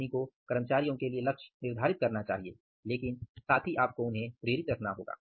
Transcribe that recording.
company को कर्मचारियों के लिए लक्ष्य निर्धारित करना चाहिए लेकिन साथ ही आपको उन्हें प्रेरित रखना होगा